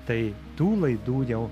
tai tų laidų jau